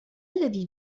الذي